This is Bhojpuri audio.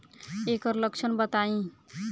एकर लक्षण बताई?